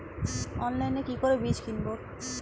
অনলাইনে কি করে বীজ কিনব?